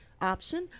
option